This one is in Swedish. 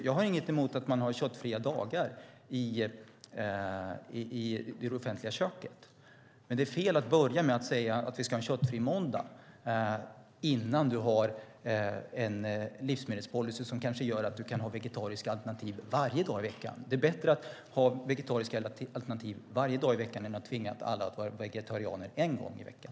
Jag har ingenting emot att man har köttfria dagar i det offentliga köket, men det är fel att börja med att säga att vi ska ha en köttfri måndag innan vi har en livsmedelspolicy som kanske gör att man kan ha vegetariska alternativ varje dag i veckan. Det är bättre att ha vegetariska alternativ varje dag i veckan än att tvinga alla att vara vegetarianer en gång i veckan.